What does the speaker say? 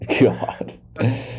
God